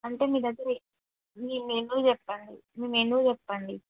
అంటే మీ దగ్గర మీ మెనూ చెప్పండి మీ మెనూ చెప్పండి